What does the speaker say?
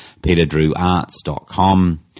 peterdrewarts.com